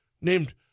named